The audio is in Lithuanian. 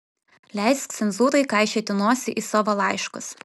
leisk cenzūrai kaišioti nosį į savo laiškus